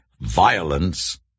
Violence